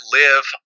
live